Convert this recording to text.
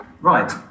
Right